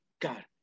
God